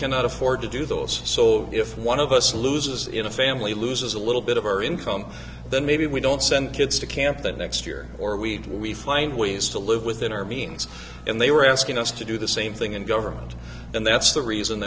cannot afford to do those so if one of us loses in a family loses a little bit of our income then maybe we don't send kids to camp the next year or we'd we find ways to live within our means and they were asking us to do the same thing in government and that's the reason